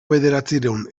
bederatziehun